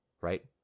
right